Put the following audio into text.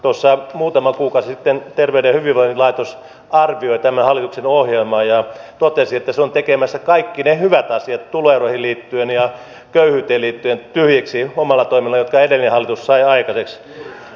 tuossa muutama kuukausi sitten terveyden ja hyvinvoinnin laitos arvioi tämän hallituksen ohjelmaa ja totesi että se on tekemässä tyhjiksi omilla toimillaan kaikki ne hyvät asiat tuloeroihin ja köyhyyteen liittyen jotka edellinen hallitus sai aikaiseksi